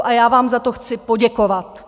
A já vám za to chci poděkovat.